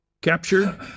captured